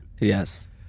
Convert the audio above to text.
Yes